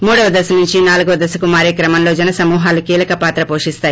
మూడవ దశ నుంచి నాలుగవ దశకు మారే క్రమంలో జన సమూహాలు కీలక పాత్ర పోషిస్తాయి